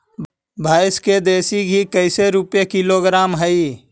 भैंस के देसी घी कैसे रूपये किलोग्राम हई?